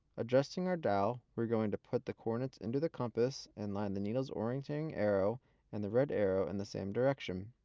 adjusting our dial, we are going to put the coordinates into the compass and line the needle's orienting arrow and the red arrow in and the same direction.